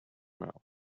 mouth